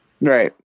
Right